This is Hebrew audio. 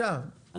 42,